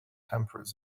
temperate